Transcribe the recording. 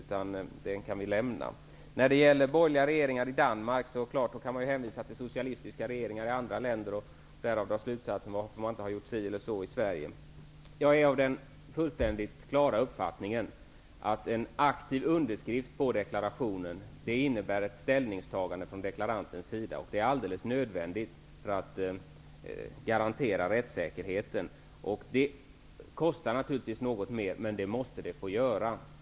Den frågan kan vi lämna. Martin Nilsson tar upp den borgerliga regeringen i Danmark. Jag kan hänvisa till socialistiska regeringar i andra länder och därav dra slutsatser varför man inte har gjort på ett visst sätt i Sverige. Jag är av den uppfattningen att en aktiv underskrift på deklarationen innebär ett ställningstagande från deklarantens sida. Det är alldeles nödvändigt för att garantera rättssäkerheten. Det kostar naturligtvis något mer, men det måste det få göra.